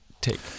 take